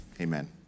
Amen